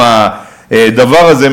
הדבר הזה,